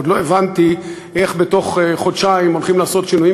עוד לא הבנתי איך בתוך חודשיים הולכים לעשות שינויים